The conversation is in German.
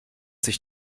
sich